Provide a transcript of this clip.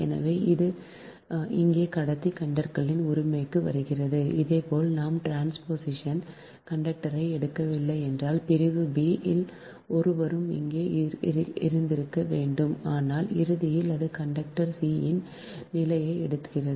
எனவே அது இங்கே கடத்தி கண்டக்டரின் உரிமைக்கு வருகிறது அதேபோல் நாம் டிரான்ஸ்போசிஷன் கண்டக்டரை எடுக்கவில்லை என்றால் பிரிவு 3 இல் ஒருவரும் இங்கே இருந்திருக்க வேண்டும் ஆனால் இறுதியில் அது கண்டக்டர் c இன் நிலையை எடுக்கிறது